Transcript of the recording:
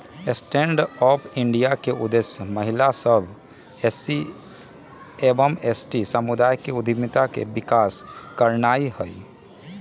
stand Up India के उद्देश्य महिला सभ, एस.सी एवं एस.टी समुदाय में उद्यमिता के विकास करनाइ हइ